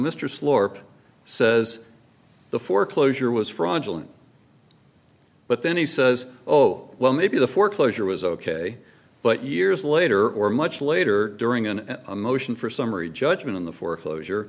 mr slurped says the foreclosure was fraudulent but then he says oh well maybe the foreclosure was ok but years later or much later during an at a motion for summary judgment on the foreclosure